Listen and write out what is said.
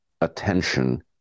attention